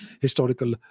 historical